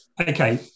okay